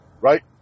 Right